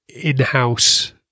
in-house